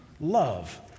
love